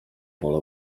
pole